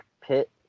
pit